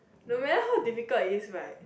the very how difficult is like